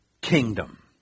kingdom